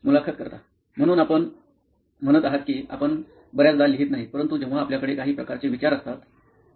मुलाखत कर्ता म्हणून आपण म्हणत आहात की आपण बर्याचदा लिहित नाही परंतु जेव्हा आपल्याकडे काही प्रकारचे विचार असतात